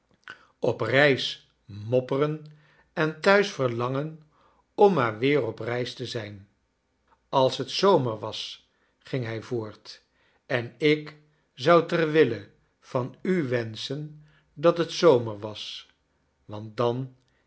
op reis mopperen en thuis verlangen om maar weer op reis te als het zomer was gmg hrj voort en ik zou ter wille van u wenschen dat het zomer was want dan